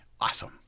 Awesome